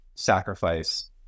sacrifice